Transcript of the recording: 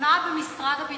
חונה במשרד הביטחון,